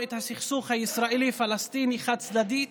את הסכסוך הישראלי פלסטיני חד-צדדית